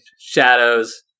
Shadows